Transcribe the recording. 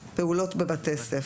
פעולות בבתי ספר,